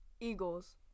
Eagles